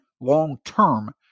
long-term